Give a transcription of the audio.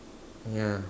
yeah